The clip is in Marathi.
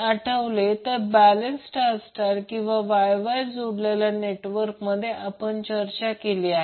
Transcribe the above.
आपण आठवले तर बॅलेन्स स्टार स्टार किंवा Y Y जोडलेल्या नेटवर्कमध्ये आपण काय चर्चा केली